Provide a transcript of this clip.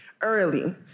early